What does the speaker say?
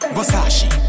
Versace